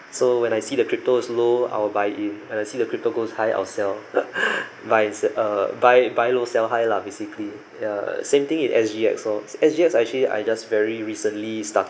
so when I see the crypto is low I will buy in when I see the crypto goes high I'll sell buy and s~ uh buy buy low sell high lah basically yeah same thing in S_G_X lor S_G_X I actually I just very recently start